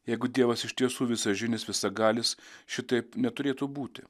jeigu dievas iš tiesų visažinis visagalis šitaip neturėtų būti